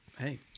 hey